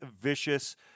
Vicious